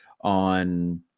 on